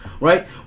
Right